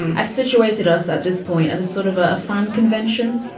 i've situated us at this point at a sort of a a fun convention.